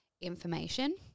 information